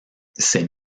ces